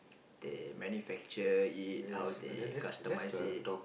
they manufacture it how they customise it